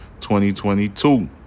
2022